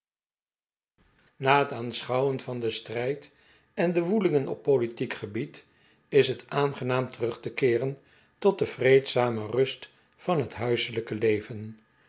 na het aanschouwen van den strijd en de woelingen op politiek gebied is het aangenaam terug te keeren tot de vreedzame rust van het huiselijke leven